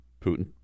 Putin